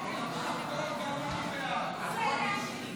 עבודה מועדפת בענף המסעדנות),